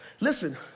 Listen